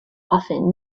often